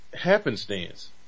happenstance